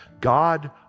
God